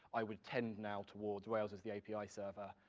i would tend now towards rails as the api server,